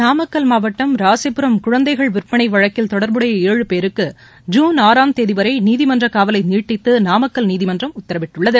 நாமக்கல் மாவட்டம் ராசிபுரம் குழந்தைகள் விற்பனை வழக்கில் தொடர்புடைய ஏழு பேருக்கு ஜூன் ஆறாம் தேதி வரை நீதிமன்ற காவலை நீட்டித்து நாமக்கல் நீதிமன்றம் உத்தரவிட்டுள்ளது